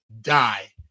die